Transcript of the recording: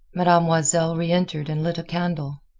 mademoiselle reentered and lit a candle.